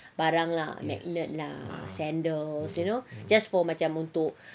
barang lah magnet sandals just for macam untuk